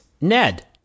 Ned